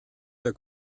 der